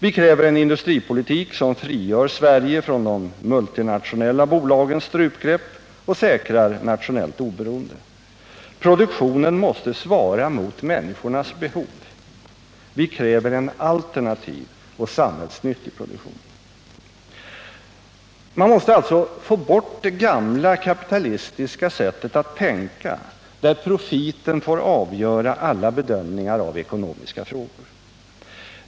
Vi kräver en industripolitik som frigör Sverige från de multinationella bolagens strupgrepp och säkrar nationellt oberoende. Produktionen måste svara mot människornas behov. Vi kräver en alternativ och samhällsnyttig produktion. Man måste alltså få bort det gamla kapitalistiska sättet att tänka, där profiten får avgöra alla bedömningar av ekonomiska frågor.